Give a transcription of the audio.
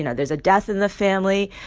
you know there's a death in the family.